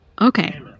Okay